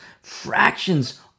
fractions